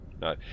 no